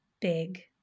big